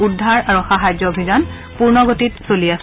উদ্ধাৰ আৰু সাহাৰ্য অভিযান পূৰ্ণ গতিত চলি আছে